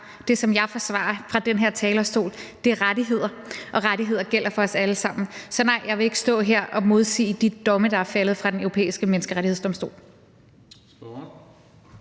Det, som jeg forsvarer fra den her talerstol, er rettigheder, og rettigheder gælder for os alle sammen. Så svaret er nej; jeg vil ikke stå her om modsige de domme, der er faldet fra Den Europæiske Menneskerettighedsdomstol.